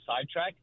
sidetrack